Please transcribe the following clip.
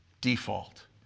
default